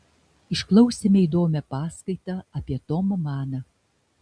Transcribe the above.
išklausėme įdomią paskaitą apie tomą maną